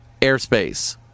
airspace